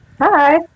Hi